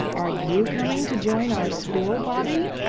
are you coming to join our school, bobby?